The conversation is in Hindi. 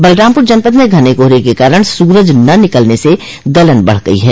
बलरामपूर जनपद में घने कोहरे के कारण सूरज न निकलने से गलन बढ़ गयी है